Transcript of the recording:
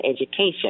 education